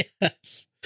Yes